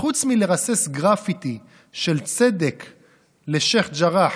"חוץ מלרסס גרפיטי של 'צדק לשייח' ג'ראח'